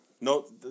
No